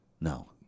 No